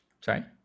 Sorry